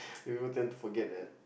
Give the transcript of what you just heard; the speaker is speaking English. we all tend to forget that